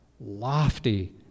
lofty